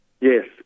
Yes